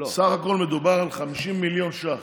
בסך הכול מדובר על 50 מיליון שקלים.